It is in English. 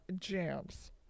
jams